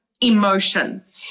emotions